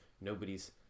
nobody's